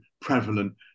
prevalent